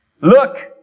Look